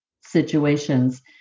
situations